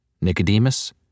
Nicodemus